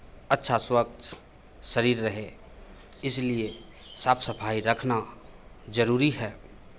अच्छा स्वच्छ शरीर रहे इसीलिए साफ सफाई रखना जरूरी है